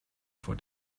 for